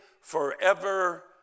forever